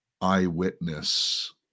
eyewitness